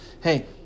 Hey